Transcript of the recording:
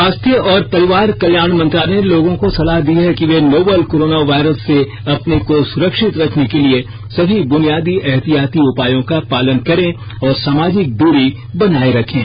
स्वास्थ्य और परिवार कल्याण मंत्रालय ने लोगों को सलाह दी है कि वे नोवल कोरोना वायरस से अपने को सुरक्षित रखने के लिए सभी बुनियादी एहतियाती उपायों का पालन करें और सामाजिक दूरी बनाए रखें